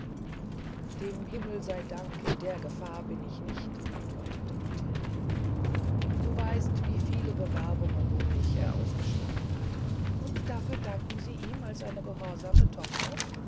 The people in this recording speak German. dem himmel sey dank in der gefahr bin ich nicht antwortete matilde du weist wie viel bewerbungen um mich er ausgeschlagen hat und dafür danken sie ihm als eine gehorsame tochter